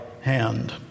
hand